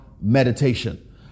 meditation